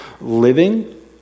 living